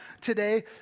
today